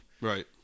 Right